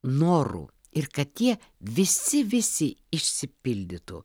norų ir kad jie visi visi išsipildytų